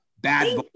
bad